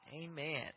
Amen